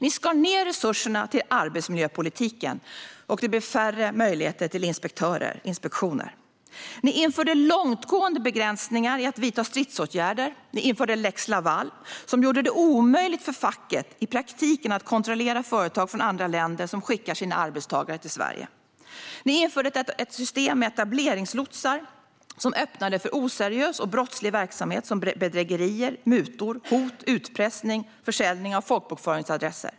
Ni skar ned resurserna till arbetsmiljöpolitiken, och det blev färre möjligheter till inspektioner. Ni införde långtgående begränsningar i att vidta stridsåtgärder. Ni införde lex Laval, som i praktiken gjorde det omöjligt för facket att kontrollera företag från andra länder som skickar sina arbetstagare till Sverige. Ni införde ett system med etableringslotsar som öppnade för oseriös och brottslig verksamhet som bedrägerier, mutor, hot, utpressning och försäljning av folkbokföringsadresser.